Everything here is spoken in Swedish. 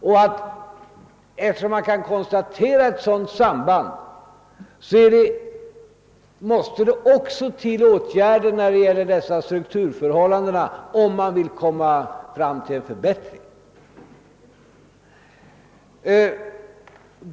Och eftersom man kan konstatera ett sådant samband måste det också åtgärder till när det gäller strukturförhållandena, om man vill nå en förbättring.